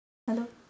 hello